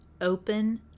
open